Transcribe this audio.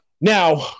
Now